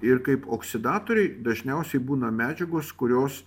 ir kaip oksidatoriai dažniausiai būna medžiagos kurios